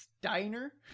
Steiner